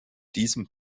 diesem